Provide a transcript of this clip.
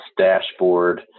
dashboard